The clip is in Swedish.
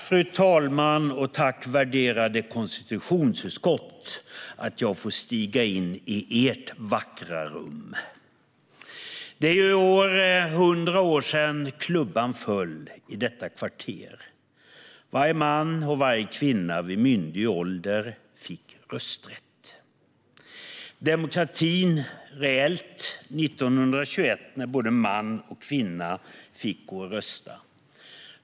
Fru talman! Jag tackar er, värderade konstitutionsutskott, för att jag får stiga in i ert vackra rum. Det är i år 100 år sedan klubban föll i detta kvarter och det beslutades att varje man och varje kvinna vid myndig ålder skulle få rösträtt. År 1921 blev demokratin reell när både man och kvinna fick gå och rösta.